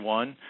one